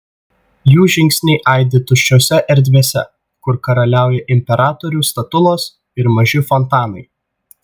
jų žingsniai aidi tuščiose erdvėse kur karaliauja imperatorių statulos ir maži fontanai